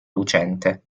lucente